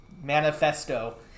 manifesto